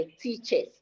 teachers